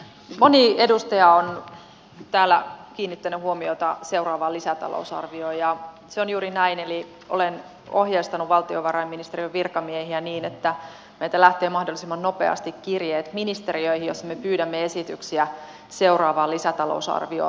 moni edustaja on täällä kiinnittänyt huomiota seuraavaan lisätalousarvioon ja se on juuri näin eli olen ohjeistanut valtiovarainministeriön virkamiehiä niin että meiltä lähtee mahdollisimman nopeasti kirjeet ministeriöihin joissa me pyydämme esityksiä seuraavaan lisätalousarvioon